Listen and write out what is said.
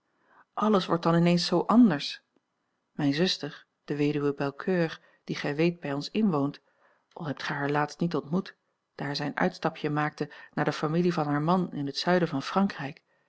alles wordt dan in eens zoo anders mijne zuster de weduwe belcoeur die gij weet dat bij ons inwoont al hebt gij haar laatst niet ontmoet daar zij een uitstapje maakte naar de familie van haar man in het zuiden van frankrijk